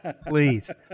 Please